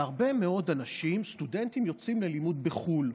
שהרבה מאוד אנשים, סטודנטים, יוצאים ללימוד בחו"ל.